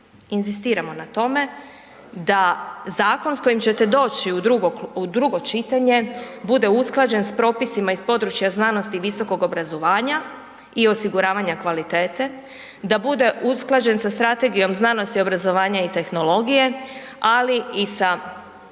inzistiramo na tome da zakon s kojim ćete doći u drugo, u drugo čitanje bude usklađen s propisima iz područja znanosti i visokog obrazovanja i osiguravanja kvalitete, da bude usklađen sa strategijom znanosti i obrazovanja i tehnologije, ali i sa